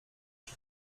czy